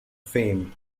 fame